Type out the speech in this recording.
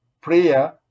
prayer